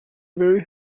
very